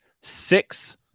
six